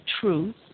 truth